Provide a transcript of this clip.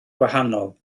gwahanol